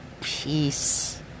Peace